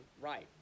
right